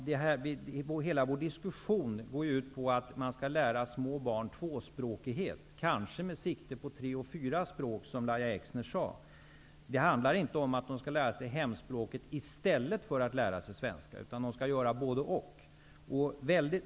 Ja, hela vår diskussion går ju ut på att man skall lära små barn tvåspråkighet, kanske med sikte på tre eller fyra språk, som Lahja Exner sade. Det handlar inte om att de skall lära sig hemspråket i stället för att lära sig svenska, utan de skall göra både--och.